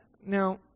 Now